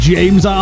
James